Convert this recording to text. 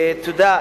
תודה.